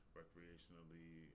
recreationally